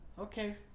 Okay